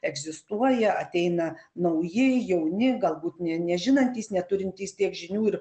egzistuoja ateina nauji jauni galbūt ne nežinantys neturintys tiek žinių ir